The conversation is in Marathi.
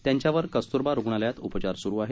त्यांच्यावर कस्तुरबा रुग्णालयात उपचार सुरू आहेत